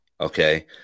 okay